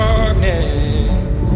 Darkness